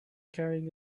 carrying